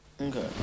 Okay